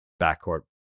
Backcourt